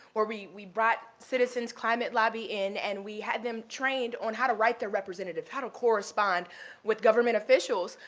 where we we brought citizens' climate lobby in, and we had them trained on how to write their representative, how to correspond with government officials,